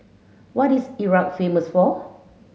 what is Iraq famous for